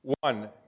One